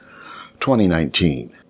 2019